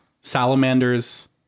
salamanders